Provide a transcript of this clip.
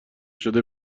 شده